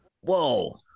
Whoa